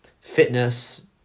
fitness